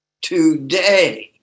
Today